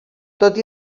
tot